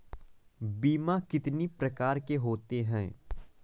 बीमा कितनी प्रकार के होते हैं?